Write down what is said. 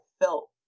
felt